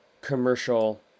commercial